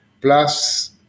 plus